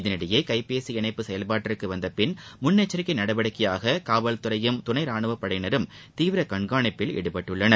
இதனிடையே கைப்பேசி இணைப்பு செயல்பாட்டிற்கு வந்தபின் முன்னெச்சிக்கை நடவடிக்கையாக காவல்துறையும் துணை ராணுவப் படையினரும் தீவிர கண்காணிப்பில் ஈடுபட்டுள்ளன